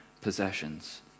possessions